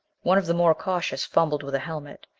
one of the more cautious fumbled with a helmet.